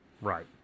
right